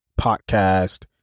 podcast